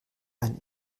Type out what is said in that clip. eine